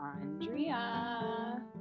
andrea